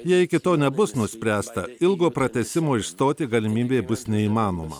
jei iki to nebus nuspręsta ilgo pratęsimo išstoti galimybė bus neįmanoma